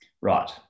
Right